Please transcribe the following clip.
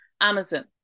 Amazon